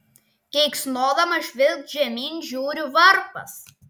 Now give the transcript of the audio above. keiksnodamas žvilgt žemyn žiūriu varpas